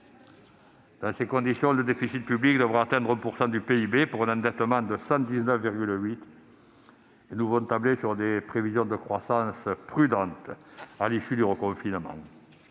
Dans ces conditions, le déficit public devrait atteindre 11,3 % du PIB, pour un endettement de 119,8 %. Nous devons tabler sur des prévisions de croissance prudentes à l'issue du reconfinement.